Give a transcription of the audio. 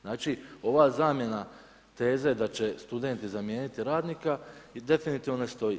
Znači ova zamjena teze da će studenti zamijeniti radnika definitivno ne stoji.